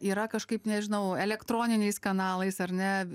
yra kažkaip nežinau elektroniniais kanalais ar ne